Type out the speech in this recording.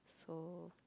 so